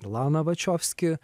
lana wachowski